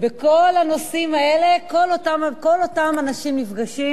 בכל הנושאים האלה כל אותם אנשים נפגשים.